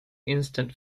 instant